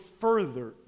further